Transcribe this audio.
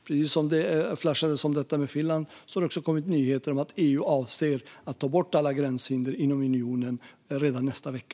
Precis som det "flashades" om Finland har det också kommit nyheter om att EU avser att ta bort alla gränshinder inom unionen redan nästa vecka.